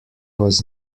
was